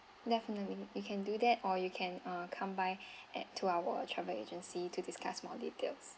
definitely you can do that or you can uh come by at to our travel agency to discuss more details